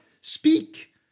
Speak